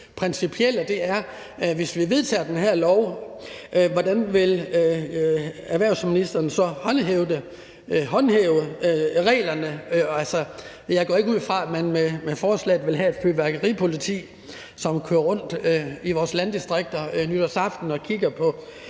vil håndhæve reglerne, hvis vi vedtager den her lov. Jeg går ikke ud fra, at man med forslaget vil have et fyrværkeripoliti, som kører rundt i vores landdistrikter nytårsaften og kigger på,